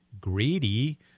greedy